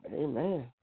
Amen